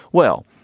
well,